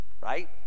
right